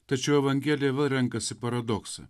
tačiau evangelija vėl renkasi paradoksą